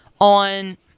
on